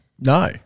No